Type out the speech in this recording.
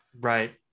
right